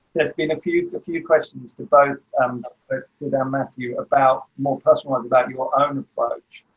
there's been a few, a few questions to both matthew about more personal ones about your own approach,